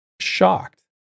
shocked